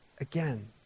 again